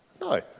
No